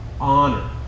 honor